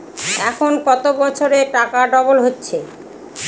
এখন কত বছরে টাকা ডবল হচ্ছে?